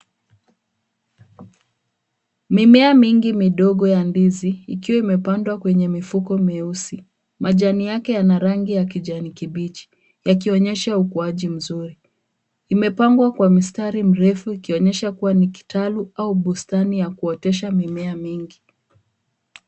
Mimea mingi midogo ya ndizi, ikiwa imepandwa kwenye mifuko mieusi. Majani yake yana rangi ya kijani kibichi yakionyesha ukuaji mzuri. Imepangwa kwa mstari mrefu ikionyesha kuwa ni kitalu au bustani ya kuotesha mimea mingi.